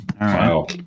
Wow